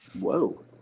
Whoa